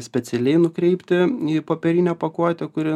specialiai nukreipti į popierinę pakuotę kuri